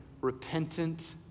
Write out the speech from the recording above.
repentant